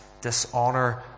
dishonor